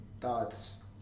Thoughts